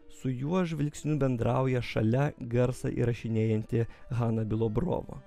su juo žvilgsniu bendrauja šalia garsą įrašinėjanti hana bilobrova